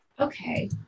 okay